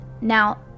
Now